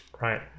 Right